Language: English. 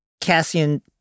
Cassian